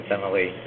Emily